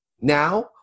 Now